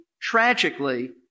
tragically